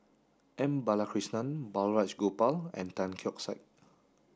M Balakrishnan Balraj Gopal and Tan Keong Saik